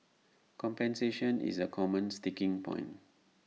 compensation is A common sticking point